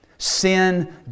Sin